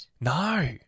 No